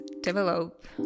develop